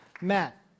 Matt